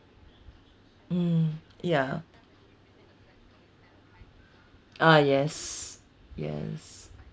mm ya ah yes yes